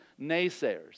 naysayers